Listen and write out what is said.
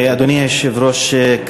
אדוני היושב-ראש,